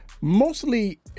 Mostly